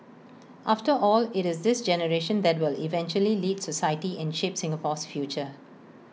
after all IT is this generation that will eventually lead society and shape Singapore's future